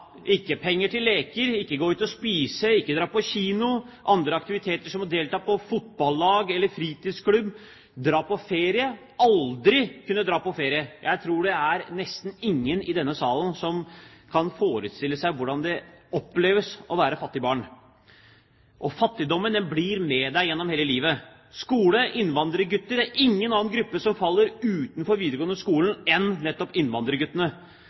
ikke penger til leker, ikke til å gå ut og spise, ikke til å dra på kino eller andre aktiviteter som å delta på fotballag eller i fritidsklubb, ikke til å dra på ferie – aldri til å kunne dra på ferie. Jeg tror nesten ikke det er noen i denne salen som kan forestille seg hvordan det oppleves å være fattig barn. Og fattigdommen blir med deg gjennom hele livet. Når det gjelder skole og innvandrergutter, er det nettopp innvandrerguttene